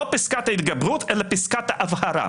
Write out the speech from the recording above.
לא פסקת ההתגברות אלא פסקת ההבהרה.